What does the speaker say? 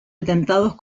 atentados